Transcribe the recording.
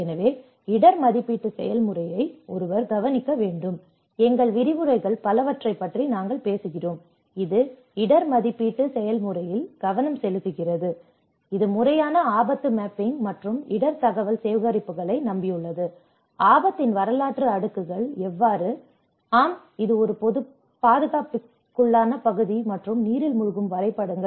எனவே இடர் மதிப்பீட்டு செயல்முறையை ஒருவர் கவனிக்க வேண்டும் எங்கள் விரிவுரைகள் பலவற்றைப் பற்றி நாங்கள் பேசுகிறோம் இது இடர் மதிப்பீட்டு செயல்முறையில் கவனம் செலுத்துகிறது இது முறையான ஆபத்து மேப்பிங் மற்றும் இடர் தகவல் சேகரிப்புகளை நம்பியுள்ளது ஆபத்தின் வரலாற்று அடுக்குகள் எவ்வாறு ஆம் இது ஒரு பாதிப்புக்குள்ளான பகுதி மற்றும் நீரில் மூழ்கும் வரைபடங்கள்